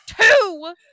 two